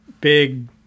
big